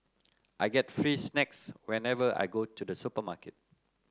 I get free snacks whenever I go to the supermarket